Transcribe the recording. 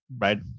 right